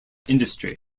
industry